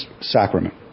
sacrament